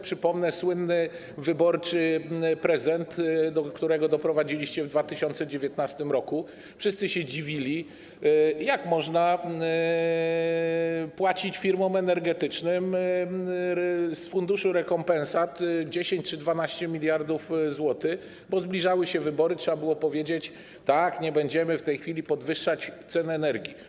Przypomnę słynny wyborczy prezent, który zrobiliście w 2019 r. - wszyscy się dziwili, jak można płacić firmom energetycznym z funduszu rekompensat 10 czy 12 mld zł - bo zbliżały się wybory, trzeba było powiedzieć: tak, nie będziemy w tej chwili podwyższać cen energii.